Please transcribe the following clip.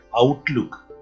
Outlook